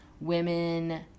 women